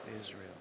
Israel